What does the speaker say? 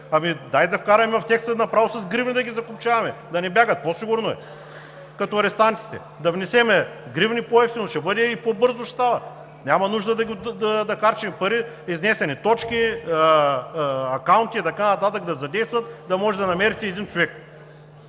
Ами дайте да вкараме в текста направо с гривни да ги закопчаваме, да не бягат – по-сигурно е! Като арестантите: да внесем гривни – по-евтино ще бъде и по-бързо ще става. Няма нужда да харчим пари, изнесени точки, акаунти и така нататък да задействат, да може да намерите един човек.